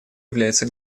является